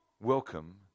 Welcome